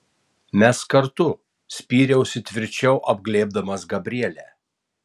mes kartu spyriausi tvirčiau apglėbdamas gabrielę